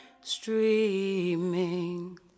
streaming